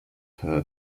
her